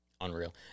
Unreal